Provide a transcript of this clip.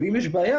ואם יש בעיה,